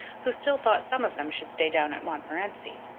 who still thought some of them should stay down at montmorency.